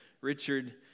Richard